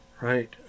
right